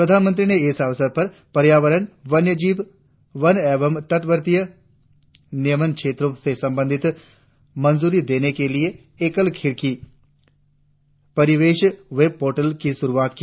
प्रधानमंत्री ने इस अवसर पर पर्यावरण वन्य जीव वन और तटवर्ती नियमन क्षेत्र से संबंधित मंजूरी देने के लिए एकल खिड़की परिवेश वेब पोर्टल की शुरुआत की